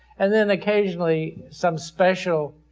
and then occasionally some special